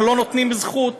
אנחנו לא נותנים זכות.